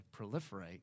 proliferate